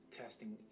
testing